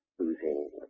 losing